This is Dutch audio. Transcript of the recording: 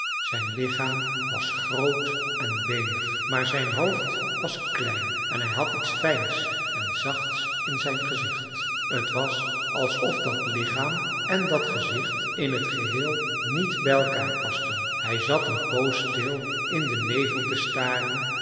zijn lichaam was groot en beenig maar zijn hoofd was klein en hij had iets fijns en zachts in zijn gezicht t was alsof dat lichaam en dat gezicht in t geheel niet bij elkaar pasten hij zat een poos stil in den nevel te staren